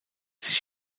sich